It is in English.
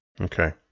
Okay